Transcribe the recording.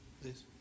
please